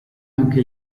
anche